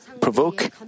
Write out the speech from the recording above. provoke